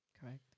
Correct